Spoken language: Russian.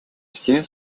все